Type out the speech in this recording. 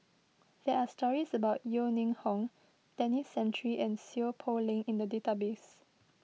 there are stories about Yeo Ning Hong Denis Santry and Seow Poh Leng in the database